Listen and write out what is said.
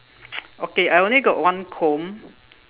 okay I only got one comb